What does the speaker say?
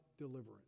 deliverance